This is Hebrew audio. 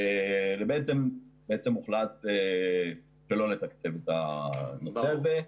בעצם הוחלט שלא לתקצב את הנושא הזה.